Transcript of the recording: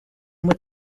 with